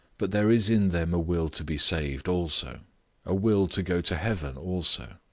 but there is in them a will to be saved also a will to go to heaven also.